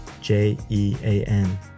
J-E-A-N